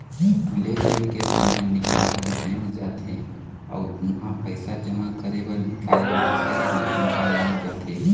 ले दे के समे निकाल के बैंक जाथे अउ उहां पइसा जमा करे बर निकाले बर एक दू घंटा लाग जाथे